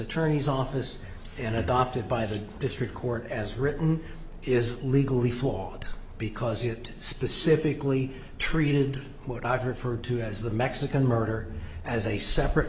attorney's office and adopted by the district court as written is legally fought because it specifically treated what i've referred to as the mexican murder as a separate